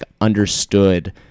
understood